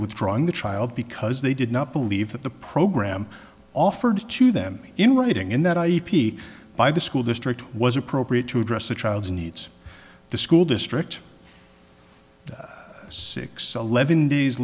withdrawing the child because they did not believe that the program offered to them in writing in that i e by the school district was appropriate to address the child's needs the school district six eleven days